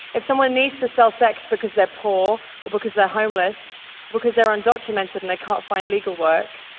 if someone needs to sell sex because they're poor or because they're homeless because they're undocumented and they can't find legal work,